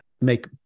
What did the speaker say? Make